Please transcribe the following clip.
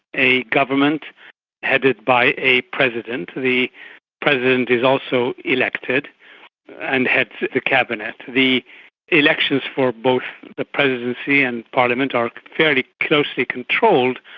a government headed by a president. the president is also elected and heads the cabinet. the elections for both the presidency and parliament are fairly closely controlled,